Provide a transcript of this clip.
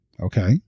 Okay